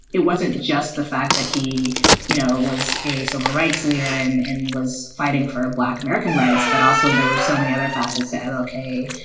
it wasn't just the fact that he you know was a civil rights leader and and was fighting for a black american rights. but also there were so many other facets. ok.